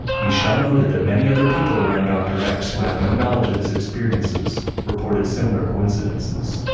michel noted that many other people around dr. x who had no knowledge of his experiences reported similar coincidences.